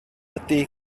ydy